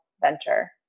venture